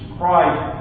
Christ